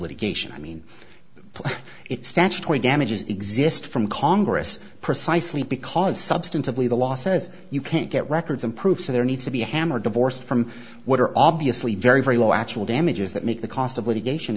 litigation i mean put it statutory damages exist from congress precisely because substantively the law says you can't get records improve so there needs to be a hammer divorced from what are all obviously very very low actual damages that make the cost of litigation